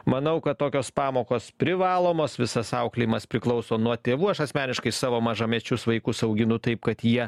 manau kad tokios pamokos privalomos visas auklėjimas priklauso nuo tėvų aš asmeniškai savo mažamečius vaikus auginu taip kad jie